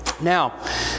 Now